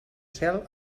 cel